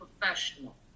professional